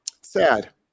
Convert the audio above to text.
Sad